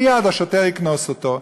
מייד השוטר יקנוס אותו.